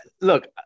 look